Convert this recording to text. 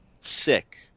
sick